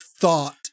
thought